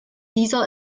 dieser